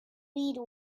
read